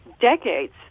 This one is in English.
decades